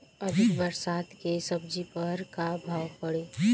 अधिक बरसात के सब्जी पर का प्रभाव पड़ी?